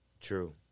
True